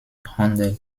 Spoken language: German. handel